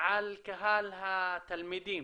על קהל התלמידים.